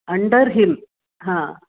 under him हा